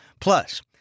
Plus